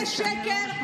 זה שקר.